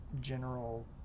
general